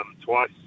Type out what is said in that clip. twice